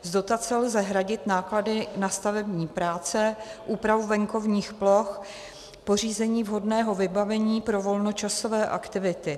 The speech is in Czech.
Z dotace lze hradit náklady na stavební práce, úpravu venkovních ploch, pořízení vhodného vybavení pro volnočasové aktivity.